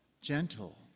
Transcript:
gentle